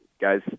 guys